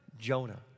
Jonah